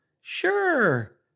sure